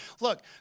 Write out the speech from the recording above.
look